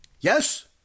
Yes